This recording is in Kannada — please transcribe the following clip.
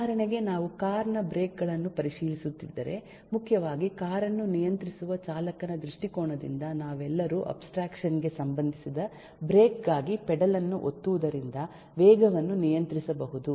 ಉದಾಹರಣೆಗೆ ನಾವು ಕಾರ್ ನ ಬ್ರೇಕ್ ಗಳನ್ನು ಪರಿಶೀಲಿಸುತ್ತಿದ್ದರೆ ಮುಖ್ಯವಾಗಿ ಕಾರನ್ನು ನಿಯಂತ್ರಿಸುವ ಚಾಲಕನ ದೃಷ್ಟಿಕೋನದಿಂದ ನಾವೆಲ್ಲರೂ ಅಬ್ಸ್ಟ್ರಾಕ್ಷನ್ ಗೆ ಸಂಬಂಧಿಸಿದ ಬ್ರೇಕ್ ಗಾಗಿ ಪೆಡಲ್ ಅನ್ನು ಒತ್ತುವುದರಿಂದ ವೇಗವನ್ನು ನಿಯಂತ್ರಿಸಬಹುದು